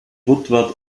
woodward